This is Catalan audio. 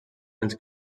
dels